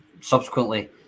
subsequently